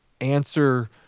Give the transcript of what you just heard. answer